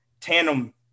tandem